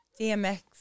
DMX